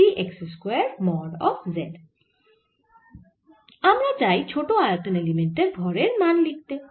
আমরা চাই ছোট আয়তন এলিমেন্ট এর ভরের মান লিখতে